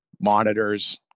monitors